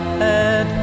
head